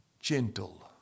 gentle